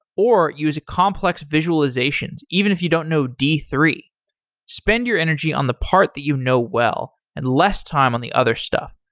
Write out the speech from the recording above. or use a complex visualization, even if you don't know d three point spend your energy on the part that you know well, and less time on the other stuff.